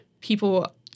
people